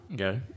Okay